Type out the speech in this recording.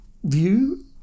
view